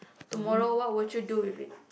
tomorrow what will you do with it